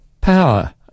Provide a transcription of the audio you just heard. Power